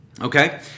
Okay